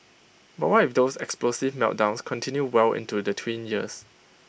but what if those explosive meltdowns continue well into the tween years